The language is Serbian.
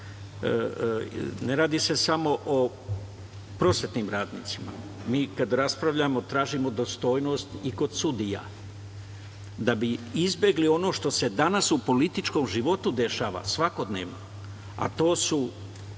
radi se samo o prosvetnim radnicima. Mi kada raspravljamo tražimo dostojnost i kod sudija da bi izbegli ono što se danas u političkom životu dešava svakodnevno, a to su